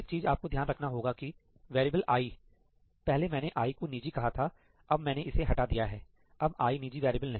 एक चीज आपको ध्यान रखना होगा कि वेरिएबल आई पहले मैंने आई को निजी कहा था अब मैंने इसे हटा दिया है अब आई निजी वेरिएबल नहीं है